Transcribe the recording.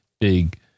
big